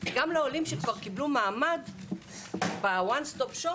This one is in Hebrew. גם לעולים שקיבלו מעמד ב- one stop shop,